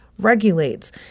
regulates